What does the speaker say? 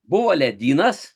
buvo ledynas